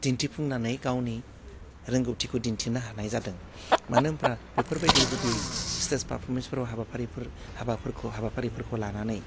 दिन्थिफुंनानै गावनि रोंगौथिखौ दिन्थिनो हानाय जादों मानो होमब्रा बेफोरबायदि जुदि स्टेज फारफमेन्सफोराव हाबाफारिफोर हाबाफोरखौ हाबाफारिफोरखौ लानानै